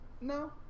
No